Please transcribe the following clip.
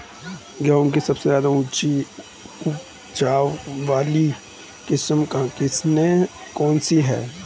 गेहूँ की सबसे उच्च उपज बाली किस्म कौनसी है?